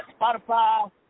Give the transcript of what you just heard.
Spotify